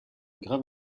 grave